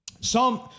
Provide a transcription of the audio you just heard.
Psalm